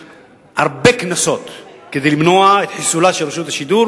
הרבה כנסות כדי למנוע את חיסולה של רשות השידור